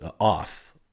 off